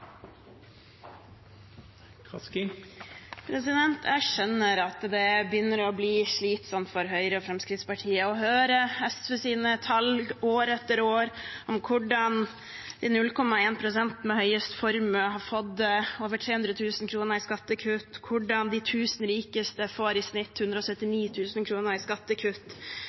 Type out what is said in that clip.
Jeg skjønner at det begynner å bli slitsomt for Høyre og Fremskrittspartiet å høre SVs tall år etter år om hvordan de 0,1 pst. med høyest formue har fått over 300 000 kr i skattekutt, hvordan de tusen rikeste får i snitt 179 000 kr i skattekutt,